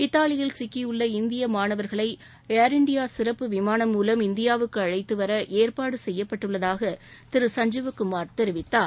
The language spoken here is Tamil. இத்தாலியில் சிக்கியுள்ள இந்திய மாணவர்களை ஏர் இந்தியா சிறப்பு விமானம் மூலம் இந்தியாவுக்கு அழைத்துவர ஏற்பாடு செய்யப்பட்டுள்ளதாக திரு சஞ்சீவ் குமார் தெரிவித்தார்